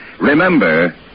Remember